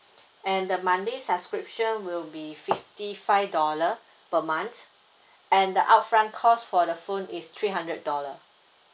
and the monthly subscription will be fifty five dollar per month and the out front cost for the phone is three hundred dollar